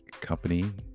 company